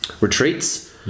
retreats